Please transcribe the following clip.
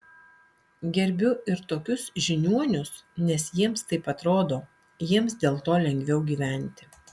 gerbiu ir tokius žiniuonius nes jiems taip atrodo jiems dėl to lengviau gyventi